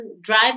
drive